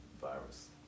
virus